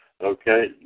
Okay